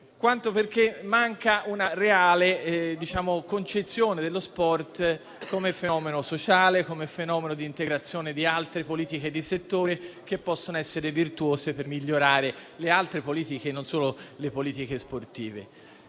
fatto che manca una reale concezione dello sport come fenomeno sociale e di integrazione con altre politiche di settore che possano essere virtuose per migliorare le altre politiche e non solo sportive.